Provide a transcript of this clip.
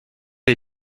les